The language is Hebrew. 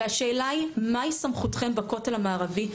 השאלה היא מהי סמכותכם בכותל המערבי?